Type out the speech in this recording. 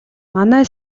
манай